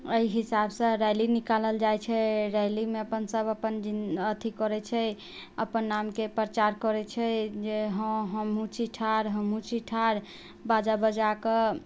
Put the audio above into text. एहि हिसाबसँ रैली निकालल जाइ छै रैलीमे अपन सभ अपन अथी करै छै अपन नामके प्रचार करै छै जे हँ हमहुँ छी ठाढ़ हमहुँ छी ठाढ़ बाजा बजाकऽ